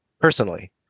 personally